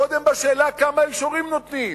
קודם בשאלה כמה אישורים נותנים,